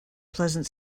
pleasant